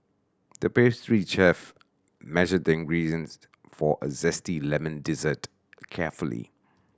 the pastry chef measured the ingredients for a zesty lemon dessert carefully